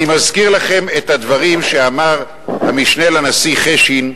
אני מזכיר לכם את הדברים שאמר המשנה לנשיא, חשין,